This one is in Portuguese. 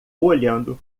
olhando